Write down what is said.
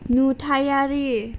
नुथायारि